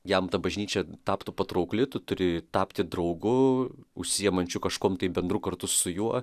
jam ta bažnyčia taptų patraukli tu turi tapti draugu užsiimančiu kažkuom tai bendru kartu su juo